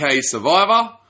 Survivor